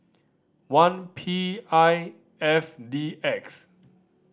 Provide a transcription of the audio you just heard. one P I F D X